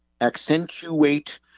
accentuate